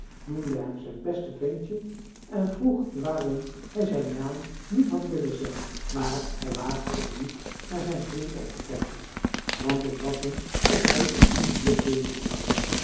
noemde hem zijn beste ventje en vroeg waarom hij zijn naam niet had willen zeggen maar hij waagde t niet naar zijn vriend optekijken want het was hem of hij in diens blik lezen zou